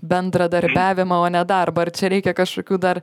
bendradarbiavimą o ne darbą ar čia reikia kažkokių dar